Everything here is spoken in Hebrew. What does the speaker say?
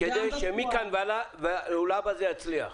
כדי שמכאן ולהבא זה יצליח.